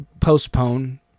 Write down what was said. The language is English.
postpone